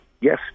yes